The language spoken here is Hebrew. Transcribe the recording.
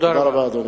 תודה רבה, אדוני.